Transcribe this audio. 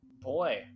boy